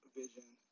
vision